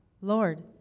Lord